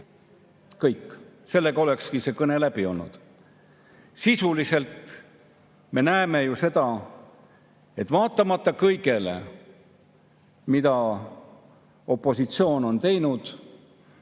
Kõik, sellega olekski see kõne läbi olnud. Sisuliselt me näeme ju seda, et vaatamata kõigele, mida opositsioon on teinud